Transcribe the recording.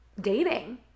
dating